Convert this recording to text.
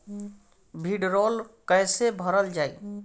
भीडरौल कैसे भरल जाइ?